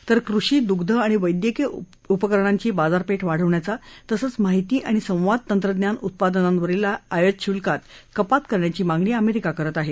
तर कृषी दुग्ध आणि वैद्यकीय उपकरणांची बाजारपेठ वाढवण्याचा तसंच माहिती आणि संवाद तंत्रज्ञान उत्पादनांवरील आयातशुल्कात कपात करण्याची मागणी अमेरिका करत आहे